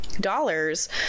dollars